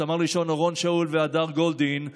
סמל ראשון אורון שאול והדר גולדין,